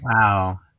Wow